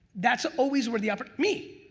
that's always where the oppor. me,